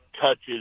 touches